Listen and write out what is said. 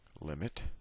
limit